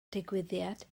digwyddiad